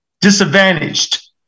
Disadvantaged